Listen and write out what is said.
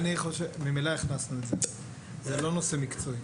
ממילא הכנסנו את זה; זהו לא נושא מקצועי,